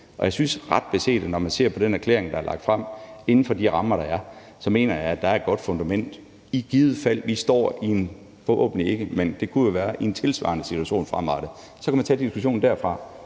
Jeg synes ret beset, at når man ser på den erklæring, der er lagt frem, inden for de rammer, der er, at der er et godt fundament, i givet fald vi står – og det sker forhåbentlig ikke, men det kunne jo være – i en tilsvarende situation fremadrettet. Så kan man tage diskussionen derfra.